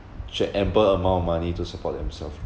check ample amount of money to support themself lah